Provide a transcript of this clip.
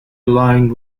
alone